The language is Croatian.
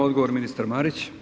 Odgovor ministar Marić.